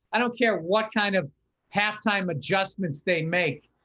i don't care. what kind of halftime adjustments they make.